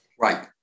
Right